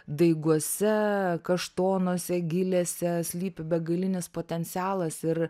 daiguose kaštonuose gilėse slypi begalinis potencialas ir